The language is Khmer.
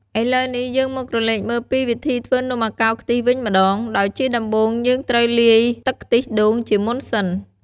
ឥឡូវនេះ យើងមកក្រឡេកមើលពីវិធីធ្វើនំអាកោរខ្ទិះវិញម្ដង ដោយជាដំបូង យើងត្រូវលាយទឹកខ្ទិះដូងជាមុនសិន។